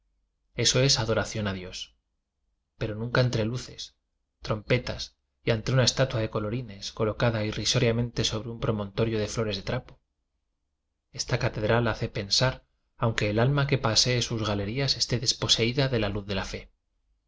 eso es adoración a dios pero nunca entre luces trompe tas y ante una estatua de colorines coloca da irrisoriamente sobre un promontorio de flores de trapo esta catedral hace pen sar aunque el alma que pasee sus galerías esté desposeída de la luz de la fe